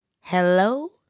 Hello